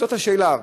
זאת השאלה.